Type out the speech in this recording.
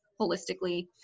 holistically